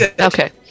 Okay